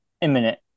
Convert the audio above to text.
imminent